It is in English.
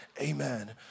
Amen